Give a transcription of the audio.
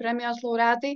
premijos laureatai